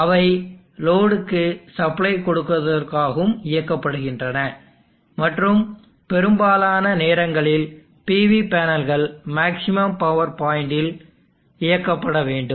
அவை லோடுக்கு சப்ளை கொடுப்பதற்காகவும் இயக்கப்படுகின்றன மற்றும் பெரும்பாலான நேரங்களில் PV பேனல்கள் மேக்ஸிமம் பவர் பாயிண்ட்டில் இயக்கப்பட வேண்டும்